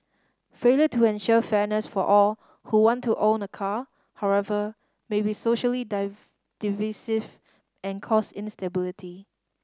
failure to ensure fairness for all who want to own a car however may be socially divisive and cause instability